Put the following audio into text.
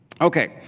Okay